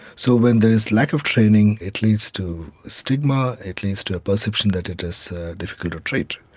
so when there is lack of training it leads to stigma, it leads to a perception that it is difficult to treat.